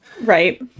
Right